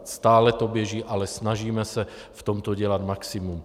Stále to běží, ale snažíme se v tom dělat maximum.